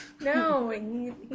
No